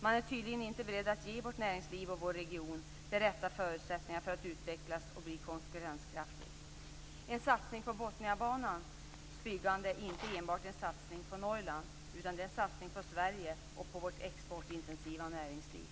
Man är tydligen inte beredd att ge vårt näringsliv och vår region de rätta förutsättningarna för att utvecklas och bli konkurrenskraftiga. En satsning på Botniabanans byggande är inte enbart en satsning på Norrland utan också en satsning på Sverige och på vårt exportintensiva näringsliv.